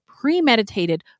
premeditated